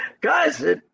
Guys